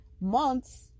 months